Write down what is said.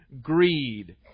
greed